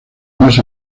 más